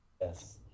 Yes